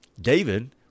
David